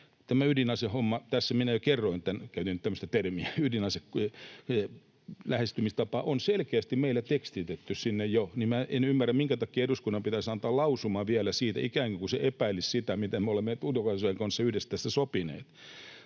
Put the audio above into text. tämä ydinasehomma — tässä minä jo kerroin, ja käytin tämmöistä termiä kuin ”ydinaselähestymistapa” — on selkeästi meillä tekstitetty sinne jo, niin en ymmärrä, minkä takia eduskunnan pitäisi antaa vielä lausuma siitä, ikään kuin se epäilisi sitä, miten me olemme ulkoasiainvaliokunnassa yhdessä tästä sopineet.